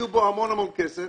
השקיעו בו המון כסף